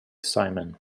simon